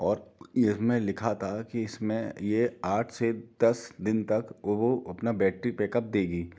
और येह में लिखा था कि इसमें ये आठ से दस दिन तक वो अपना बेटरी बेक्अप देगी